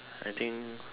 I think